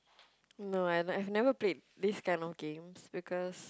no I have never played this kind of games because